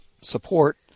support